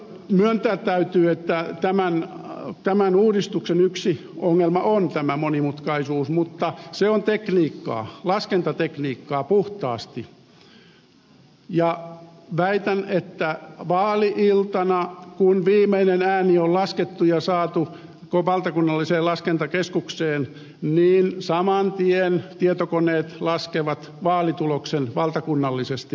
myöntää täytyy että tämän uudistuksen yksi ongelma on tämä monimutkaisuus mutta se on tekniikkaa laskentatekniikkaa puhtaasti ja väitän että kun vaali iltana viimeinen ääni on laskettu ja saatu valtakunnalliseen laskentakeskukseen niin saman tien tietokoneet laskevat vaalituloksen valtakunnallisesti